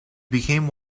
became